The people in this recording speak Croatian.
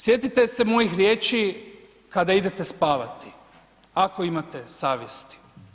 Sjetite se mojih riječi kada idete spavati ako imate savjesti.